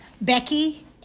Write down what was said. becky